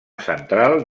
central